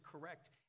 correct